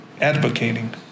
advocating